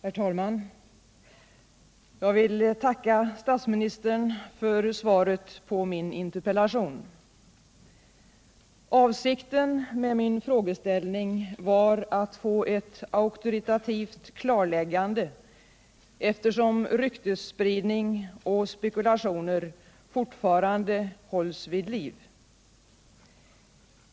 Herr talman! Jag vill tacka statsministern för svaret på min interpellation. Avsikten med min frågeställning var att få ett auktoritativt klarläggande, eftersom ryktesspridning och spekulationer fortfarande hålls vid liv.